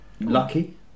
lucky